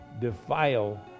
defile